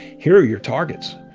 here are your targets.